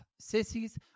sissies